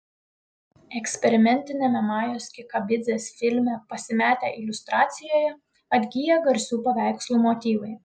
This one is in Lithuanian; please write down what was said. eksperimentiniame majos kikabidzės filme pasimetę iliustracijoje atgyja garsių paveikslų motyvai